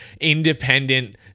independent